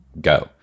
go